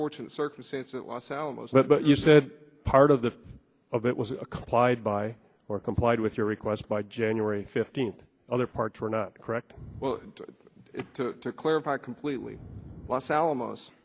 fortunate circumstance at los alamos but you said part of the of it was a clyde buy or complied with your request by january fifteenth other parts were not correct well to clarify completely los alamos